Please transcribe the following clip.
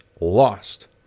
lost